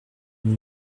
nous